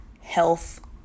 health